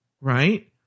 Right